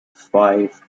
five